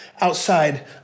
outside